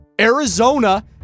Arizona